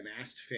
asked